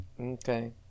Okay